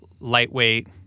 lightweight